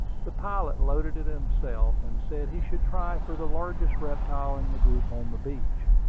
the pilot loaded it himself, and said he should try for the largest reptile in the group on the beach.